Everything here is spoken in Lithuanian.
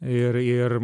ir ir